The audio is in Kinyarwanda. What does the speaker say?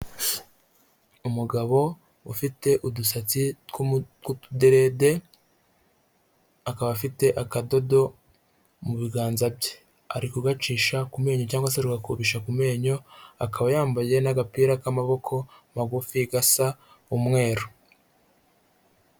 Umugabo ufite udusatsi tw'utuderede akaba afite akadodo mu biganza bye, ari kugacisha ku menyo cyangwa se ari kugakubisha ku menyo, akaba yambaye n'agapira k'amaboko magufi gasa umweru.